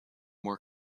more